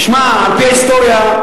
תשמע, על-פי ההיסטוריה,